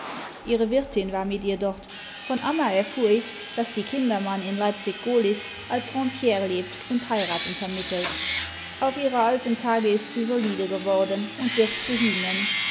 ihre wirtin war nüt ihr dort von amma erfuhr ich daß die kindermann in leipzig gohlis als rentiere lebt und heiraten vermittelt auf ihre alten tage ist sie solide geworden und wirbt für